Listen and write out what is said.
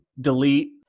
delete